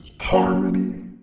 Harmony